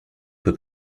peut